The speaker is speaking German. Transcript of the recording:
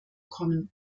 kommen